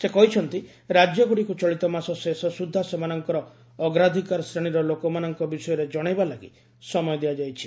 ସେ କହିଛନ୍ତି ରାଜ୍ୟଗୁଡ଼ିକୁ ଚଳିତମାସ ଶେଷ ସୁଦ୍ଧା ସେମାନଙ୍କର ଅଗ୍ରାଧିକାର ଶ୍ରେଣୀର ଲୋକମାନଙ୍କ ବିଷୟରେ ଜଣାଇବା ଲାଗି ସମୟ ଦିଆଯାଇଛି